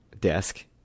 desk